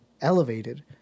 elevated